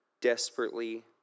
Desperately